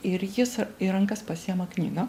ir jis į rankas pasiima knygą